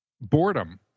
boredom